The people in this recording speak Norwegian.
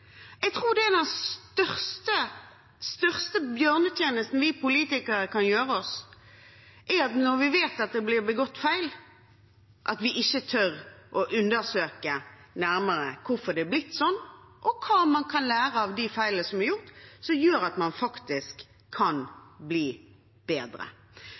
Jeg tror den største bjørnetjenesten vi politikere kan gjøre oss, er at vi, når vi vet at det blir begått feil, ikke tør å undersøke nærmere hvorfor det er blitt sånn, og hva man kan lære av de feilene som er gjort, noe som gjør at man faktisk kan bli bedre.